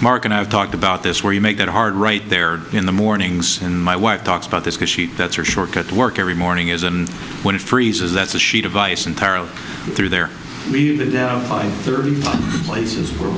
mark and i have talked about this where you make it hard right there in the mornings and my wife talks about this because she that's her shortcut work every morning isn't when it freezes that's a sheet of ice entirely through there there are places where